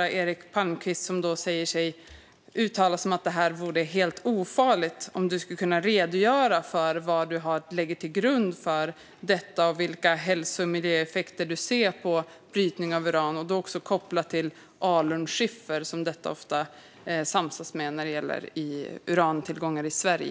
Eric Palmqvist låter det som att detta är helt ofarligt. Kan du redogöra för vad som ligger till grund för det och vilka hälso och miljöaspekter du ser när det gäller uranbrytning, också kopplat till alunskiffer som det ofta samsas med när det gäller urantillgångar i Sverige?